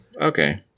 Okay